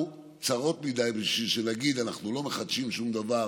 צרות מדי בשביל שנגיד: אנחנו לא מחדשים שום דבר,